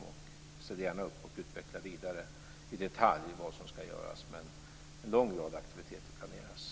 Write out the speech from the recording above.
Och jag ställer gärna upp och utvecklar i detalj vad som ska göras. Men en lång rad aktiviteter planeras.